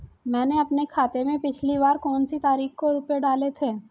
मैंने अपने खाते में पिछली बार कौनसी तारीख को रुपये डाले थे?